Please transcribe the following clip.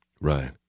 Right